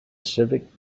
civic